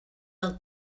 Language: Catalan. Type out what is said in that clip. del